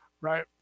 right